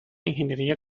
ingeniería